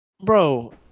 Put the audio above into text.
Bro